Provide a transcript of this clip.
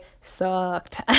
sucked